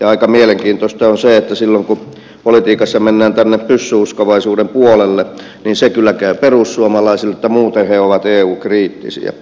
aika mielenkiintoista on se että silloin kun politiikassa mennään tänne pyssyuskovaisuuden puolelle niin se kyllä käy perussuomalaisille mutta muuten he ovat eu kriittisiä